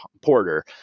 Porter